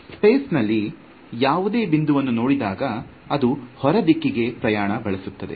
space ನಲ್ಲಿ ಯಾವುದೇ ಬಿಂದುವನ್ನು ನೋಡಿದಾಗ ಅದು ಹೊರ ದಿಕ್ಕಿಗೆ ಪ್ರಯಾಣ ಬಳಸುತ್ತದೆ